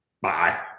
Bye